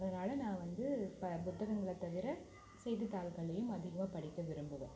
அதனால நான் வந்து ப புத்தகங்கள் தவிர செய்தித்தாள்களையும் அதிகமாக படிக்க விரும்புவேன்